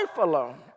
alone